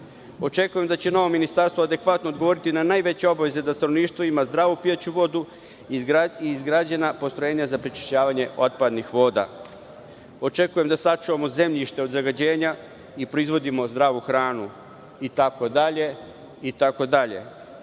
Očekujem da će novo ministarstvo adekvatno odgovoriti na najveće obaveze, da stanovništvo ima zdravu pijaću vodu i izgrađena postrojenja za prečišćavanje otpadnih voda. Očekujem da sačuvamo zemljište od zagađenja i proizvodimo zdravu hranu, itd, itd.